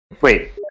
Wait